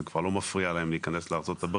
זה כבר לא מפריע להם להיכנס לארה"ב.